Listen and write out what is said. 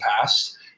past